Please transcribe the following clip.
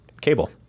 cable